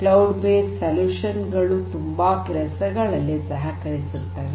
cloud based ಪರಿಹಾರಗಳು ತುಂಬಾ ಕೆಲಸಗಳಲ್ಲಿ ಸಹಕರಿಸುತ್ತವೆ